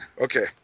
Okay